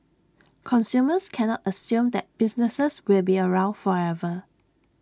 consumers can not assume that businesses will be around forever